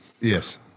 Yes